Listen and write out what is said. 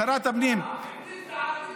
שרת הפנים,